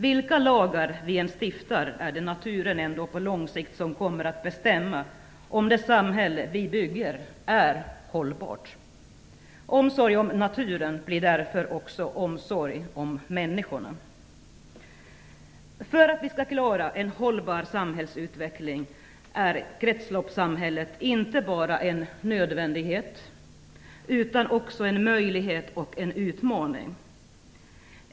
Vilka lagar vi än stiftar är det ändå naturen som på lång sikt kommer att bestämma om det samhälle vi bygger är hållbart. Omsorg om naturen blir därför också omsorg om människor. För att vi skall klara en hållbar samhällsutveckling är kretsloppssamhället inte bara en nödvändighet, utan också en möjlighet och en utmaning.